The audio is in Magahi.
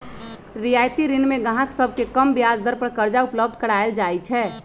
रियायती ऋण में गाहक सभके कम ब्याज दर पर करजा उपलब्ध कराएल जाइ छै